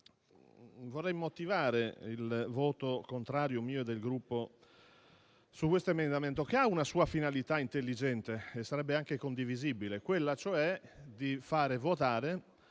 vorrei motivare il voto contrario mio e del mio Gruppo su questo emendamento, che ha una sua finalità intelligente, che sarebbe anche condivisibile, quella cioè di far votare